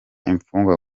imfungwa